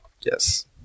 Yes